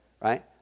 right